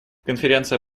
конференция